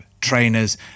trainers